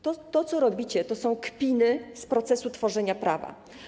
To, co robicie, to są kpiny z procesu tworzenia prawa.